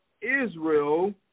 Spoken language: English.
Israel